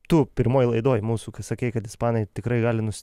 tu pirmoj laidoj mūsų sakei kad ispanai tikrai gali nus